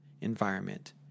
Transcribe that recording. environment